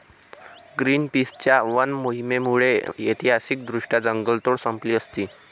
ग्रीनपीसच्या वन मोहिमेमुळे ऐतिहासिकदृष्ट्या जंगलतोड संपली असती